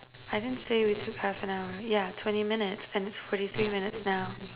I didn't say we took half an hour yeah twenty minutes and it's forty three minutes now